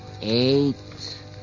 eight